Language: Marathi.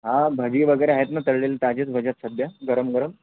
हो भजी वगैरे आहेत ना तळलेली ताजेच भजे आहेत सध्या गरम गरम